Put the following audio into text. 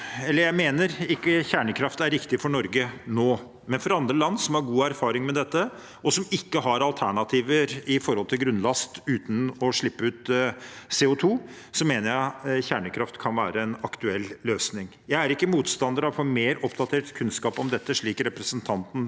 jeg mener kjernekraft ikke er riktig for Norge nå, men for andre land som har god erfaring med dette, og som ikke har alternativer med hensyn til grunnlast uten å slippe ut CO2, mener jeg kjernekraft kan være en aktuell løsning. Jeg er ikke motstander av å få mer oppdatert kunnskap om dette, slik representanten